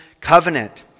covenant